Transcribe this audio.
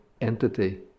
entity